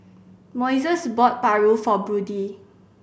Moises bought paru for Brodie